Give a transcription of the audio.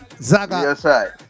Zaga